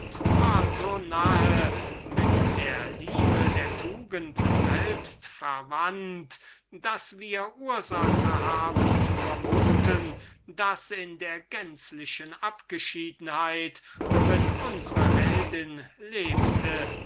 so nahe mit der liebe der tugend selbst verwandt daß wir ursache haben zu vermuten daß in der gänzlichen abgeschiedenheit worin unsre heldin lebte